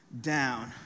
down